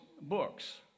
books